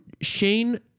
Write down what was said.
Shane